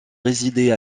résidait